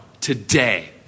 today